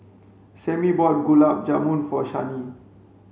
Sammy bought Gulab Jamun for Shani